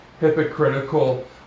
hypocritical